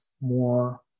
more